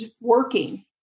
working